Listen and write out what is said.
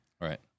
right